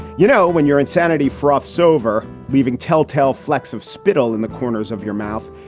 you know, when you're insanity, froths over, leaving telltale flecks of spittle in the corners of your mouth.